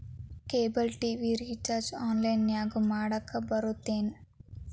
cable TV recharge ಆನ್ಲೈನ್ನ್ಯಾಗು ಮಾಡಕ ಬರತ್ತೇನು